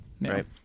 Right